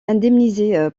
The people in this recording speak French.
indemnisé